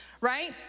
right